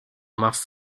machst